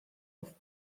auf